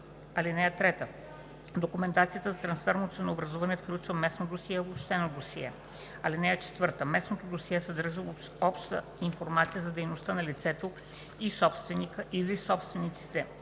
(3) Документацията за трансферно ценообразуване включва местно досие и обобщено досие. (4) Местното досие съдържа обща информация за дейността на лицето и собственика или собствениците